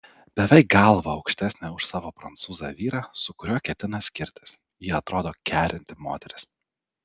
beveik galva aukštesnė už savo prancūzą vyrą su kuriuo ketina skirtis ji atrodo kerinti moteris